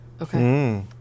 Okay